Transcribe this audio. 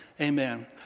Amen